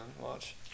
Watch